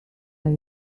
are